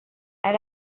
and